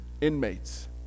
inmates